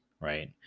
right